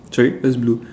sorry that's blue